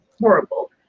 horrible